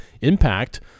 impact